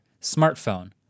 smartphone